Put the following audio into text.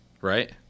right